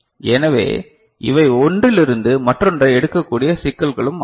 எனவே இவை ஒன்றிலிருந்து மற்றொன்றை எடுக்கக் கூடிய சிக்கல்களும் ஆகும்